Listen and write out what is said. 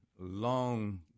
long